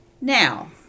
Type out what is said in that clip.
Now